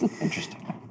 Interesting